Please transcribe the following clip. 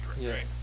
right